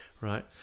right